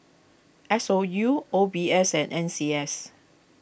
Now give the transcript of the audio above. S O U O B S and N C S